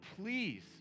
please